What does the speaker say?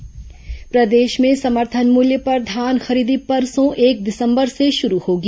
धान खरीदी प्रदेश में समर्थन मुल्य पर धान खरीदी परसों एक दिसंबर से शुरू होगी